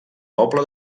poble